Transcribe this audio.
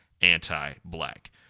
anti-black